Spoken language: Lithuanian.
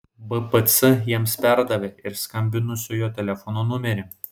bpc jiems perdavė ir skambinusiojo telefono numerį